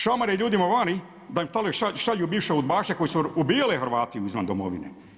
Šamare ljudima vani da im šalju bivše udbaše koji su ubijali Hrvate izvan domovine.